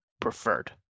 preferred